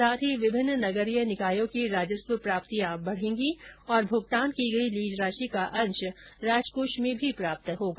साथ ही विभिन्न नगरीय निकायों की राजस्व प्राप्तियां बढेंगी और भुगतान की गई लीज राशि का अंश राजकोष में भी प्राप्त होगा